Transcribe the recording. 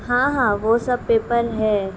ہاں ہاں وہ سب پیپر ہے